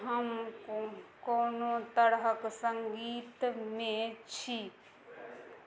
हम कोनो तरहक सङ्गीतमे छी